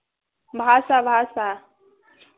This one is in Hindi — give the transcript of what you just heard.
भाषा भाषा